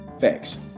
facts